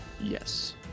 Yes